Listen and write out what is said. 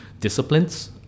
disciplines